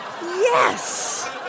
Yes